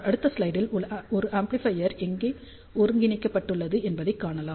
அடுத்த ஸ்லைடில் ஒரு ஆம்ப்ளிபையர் எங்கே ஒருங்கிணைக்கப்பட்டுள்ளது என்பதைக் காணலாம்